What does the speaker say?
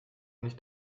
nicht